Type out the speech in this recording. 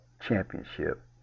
Championship